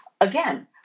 again